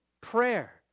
prayer